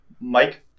Mike